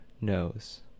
knows